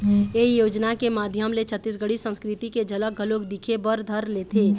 ए योजना के माधियम ले छत्तीसगढ़ी संस्कृति के झलक घलोक दिखे बर धर लेथे